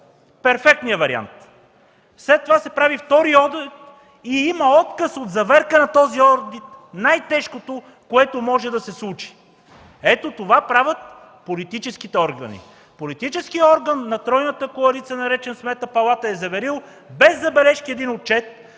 Перфектният вариант! След това се прави втори одит и има отказ от заверка на този одит – най-тежкото, което може да се случи. Ето това правят политическите органи. Политическият орган на тройната коалиция, наречен Сметна палата, е заверил без забележки един отчет,